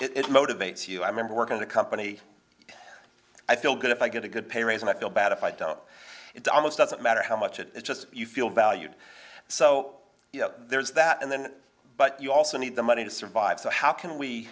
it motivates you i remember working at a company i feel good if i get a good pay raise and i feel bad if i doubt it almost doesn't matter how much it is just you feel valued so you know there's that and then but you also need the money to survive so how can we